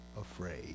afraid